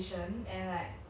!wow!